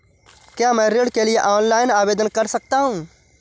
क्या मैं ऋण के लिए ऑनलाइन आवेदन कर सकता हूँ?